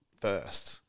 first